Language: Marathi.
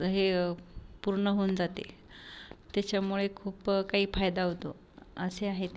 हे पूर्ण होऊन जाते त्याच्यामुळे खूप काही फायदा होतो असे आहे ते